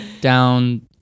down